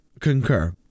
concur